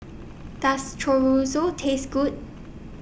Does Chorizo Taste Good